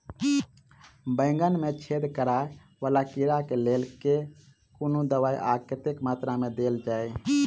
बैंगन मे छेद कराए वला कीड़ा केँ लेल केँ कुन दवाई आ कतेक मात्रा मे देल जाए?